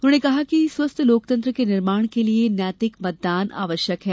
उन्होंने कहा कि स्वस्थ्य लोकतंत्र के निर्माण के लिये नैतिक मतदान आवश्यक है